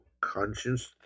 conscience